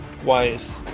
twice